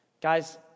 Guys